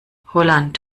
holland